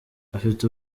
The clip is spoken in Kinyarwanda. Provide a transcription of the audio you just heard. afite